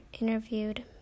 interviewed